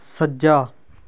ਸੱਜਾ